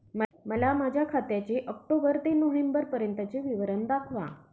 मला माझ्या खात्याचे ऑक्टोबर ते नोव्हेंबर पर्यंतचे विवरण दाखवा